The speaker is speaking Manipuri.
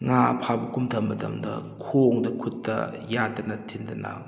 ꯉꯥ ꯐꯥꯕ ꯀꯨꯝꯊꯥꯕ ꯃꯇꯝꯗ ꯈꯣꯡꯗ ꯈꯨꯠꯇ ꯌꯥꯠꯇꯅ ꯊꯤꯟꯗꯅ